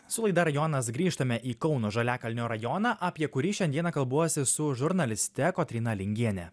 su laida rajonas grįžtame į kauno žaliakalnio rajoną apie kurį šiandieną kalbuosi su žurnaliste kotryna lingiene